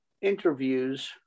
interviews